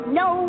no